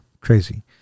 crazy